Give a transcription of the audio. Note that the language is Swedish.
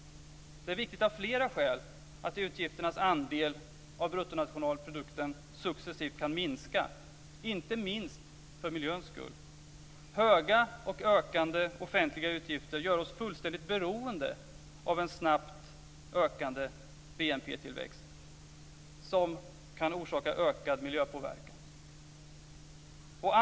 Det är viktigt av flera skäl att utgifternas andel av bruttonationalprodukten successivt kan minska, inte minst för miljöns skull. Höga och ökande offentliga utgifter gör oss fullständigt beroende av en snabb BNP-tillväxt som kan orsaka ökad miljöpåverkan.